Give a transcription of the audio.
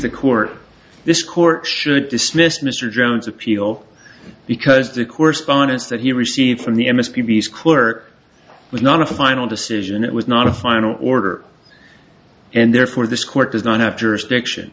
the court this court should dismiss mr jones appeal because the correspondence that he received from the m s p b s clerk was not a final decision it was not a final order and therefore this court does not have jurisdiction